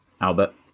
Albert